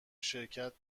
شرکت